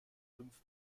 fünf